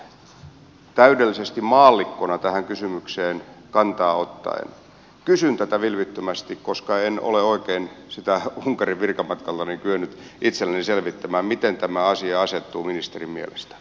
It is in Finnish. jotenkin täydellisesti maallikkona tähän kysymykseen kantaa ottaen kysyn tätä vilpittömästi koska en ole oikein sitä unkarin virkamatkaltani kyennyt itselleni selvittämään miten tämä asia asettuu ministerin mielestä